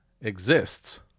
exists